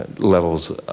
ah levels